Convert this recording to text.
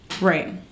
Right